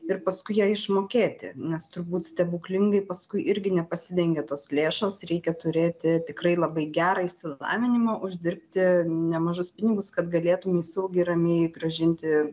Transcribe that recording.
ir paskui ją išmokėti nes turbūt stebuklingai paskui irgi nepasidengia tos lėšos reikia turėti tikrai labai gerą išsilavinimą uždirbti nemažus pinigus kad galėtum saugiai ramiai grąžinti